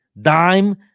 Dime